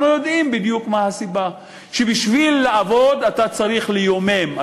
אנחנו יודעים בדיוק מה הסיבה: בשביל לעבוד אתה צריך ליומם,